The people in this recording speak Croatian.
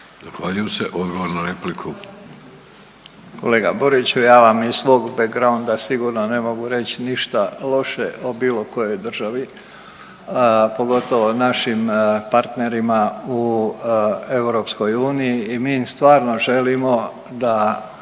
**Božinović, Davor (HDZ)** Kolega Boriću, ja vam iz svog begronda sigurno ne mogu reć ništa loše o bilo kojoj državi, pogotovo našim partnerima u EU i mi stvarno želimo da